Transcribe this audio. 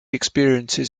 experiences